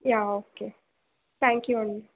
yeah okay thank you అండి